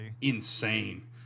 insane